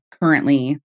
currently